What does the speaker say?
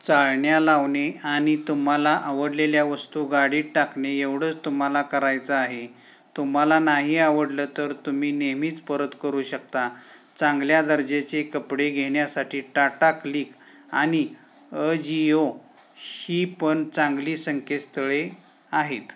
चाळण्या लावणे आणि तुम्हाला आवडलेल्या वस्तू गाडीत टाकणे एवढंच तुम्हाला करायचं आहे तुम्हाला नाही आवडलं तर तुम्ही नेहमीच परत करू शकता चांगल्या दर्जाचे कपडे घेण्यासाठी टाटा क्लिक आणि अजिओशी पण चांगली संकेतस्थळे आहेत